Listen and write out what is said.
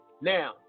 Now